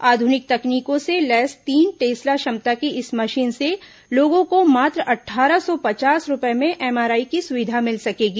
आधुनिक तकनीकों से लैस तीन टेसला क्षमता की इस मशीन से लोगों को मात्र अट्ठारह सौ पचास रूपए में एमआरआई की सुविधा मिल सकेगी